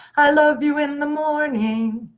i love you in the morning,